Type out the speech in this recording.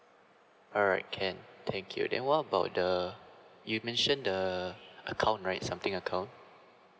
alright can thank you then what about the you mention the account right something account